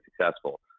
successful